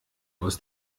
aus